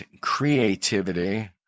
creativity